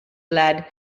lad